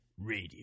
Radio